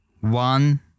One